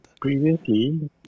previously